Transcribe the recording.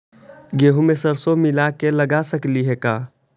गेहूं मे सरसों मिला के लगा सकली हे का?